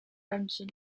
remsen